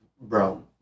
bro